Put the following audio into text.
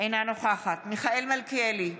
אינה נוכחת מיכאל מלכיאלי,